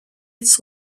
its